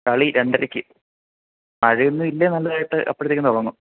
കളി രണ്ടരക്ക് മഴയൊന്നുമില്ലേ നല്ലതായിട്ട് അപ്പഴ്ത്തേക്കും തുടങ്ങും